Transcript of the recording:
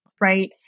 right